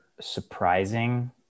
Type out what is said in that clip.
surprising